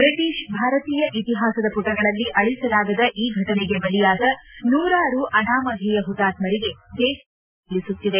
British ಭಾರತೀಯ ಇತಿಹಾಸದ ಮಟಗಳಲ್ಲಿ ಅಳಿಸಲಾಗದ ಈ ಘಟನೆಗೆ ಬಲಿಯಾದ ನೂರಾರು ಅನಾಮಧೇಯ ಪುತಾತ್ಮರಿಗೆ ದೇಶ ಗೌರವ ನಮನ ಸಲ್ಲಿಸುತ್ತಿದೆ